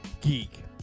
Geek